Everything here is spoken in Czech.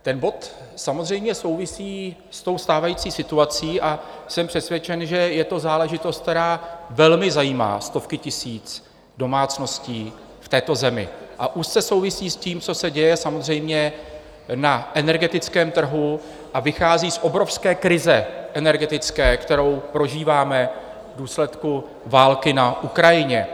Ten bod samozřejmě souvisí se stávající situací a jsem přesvědčen, že je to záležitost, která velmi zajímá stovky tisíc domácností v této zemi, a úzce souvisí s tím, co se děje samozřejmě na energetickém trhu, a vychází z obrovské krize energetické, kterou prožíváme v důsledku války na Ukrajině.